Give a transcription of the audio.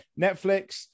Netflix